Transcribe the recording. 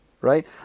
right